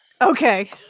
Okay